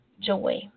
joy